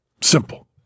Simple